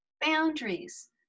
boundaries